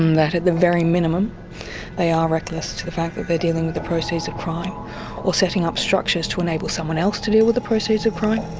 um that at the very minimum they are reckless to the fact that they're dealing with the proceeds of crime or setting up structures to enable someone else to deal with the proceeds of crime.